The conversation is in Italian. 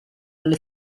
alle